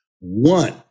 one